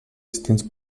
distints